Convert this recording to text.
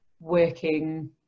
working